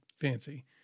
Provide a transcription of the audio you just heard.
fancy